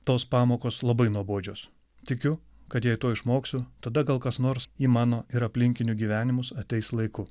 tos pamokos labai nuobodžios tikiu kad jei to išmoksiu tada gal kas nors į mano ir aplinkinių gyvenimus ateis laiku